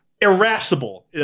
irascible